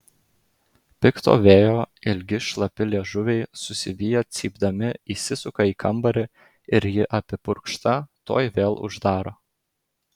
pikto vėjo ilgi šlapi liežuviai susiviję cypdami įsisuka į kambarį ir ji apipurkšta tuoj vėl uždaro